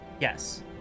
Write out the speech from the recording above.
yes